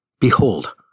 Behold